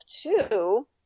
two –